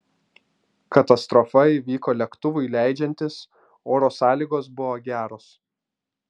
katastrofa įvyko lėktuvui leidžiantis oro sąlygos buvo geros